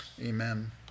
Amen